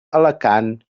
alacant